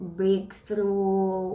breakthrough